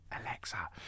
Alexa